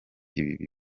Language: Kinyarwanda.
ibihe